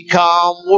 come